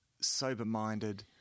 sober-minded